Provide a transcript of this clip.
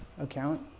account